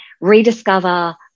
rediscover